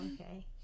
okay